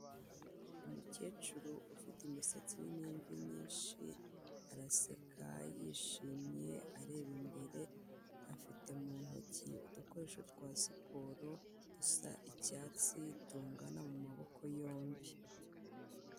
Umukecuru ufite imisatsi irimo imvi nyinshi, araseka yishimye areba imbere, afite mu ntoki udukoresho twa siporo, dusa icyatsi, tungana mu maboko yombi.